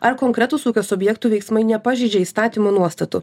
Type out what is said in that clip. ar konkretūs ūkio subjektų veiksmai nepažeidžia įstatymo nuostatų